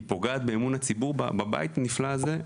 היא פוגעת באמון הציבור בבית הנפלא הזה,